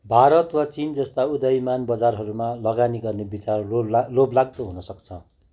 भारत वा चिनजस्ता उदयमान बजारहरूमा लगानी गर्ने विचार लोभलाग्दो हुन सक्छ